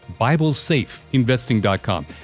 BibleSafeInvesting.com